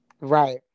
Right